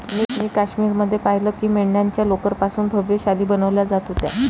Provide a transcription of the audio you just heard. मी काश्मीर मध्ये पाहिलं की मेंढ्यांच्या लोकर पासून भव्य शाली बनवल्या जात होत्या